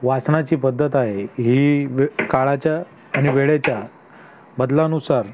वाचनाची पद्धत आहे ही काळाच्या आणि वेळेच्या बदलानुसार